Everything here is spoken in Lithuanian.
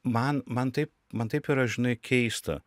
man man taip man taip yra žinai keista